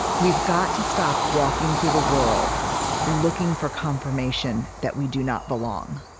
we've got to stop walking through the world looking for confirmation that we do not belong,